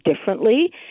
differently